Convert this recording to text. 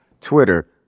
Twitter